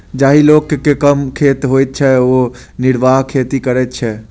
जाहि लोक के कम खेत होइत छै ओ निर्वाह खेती करैत छै